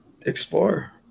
explore